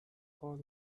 call